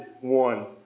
one